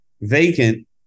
vacant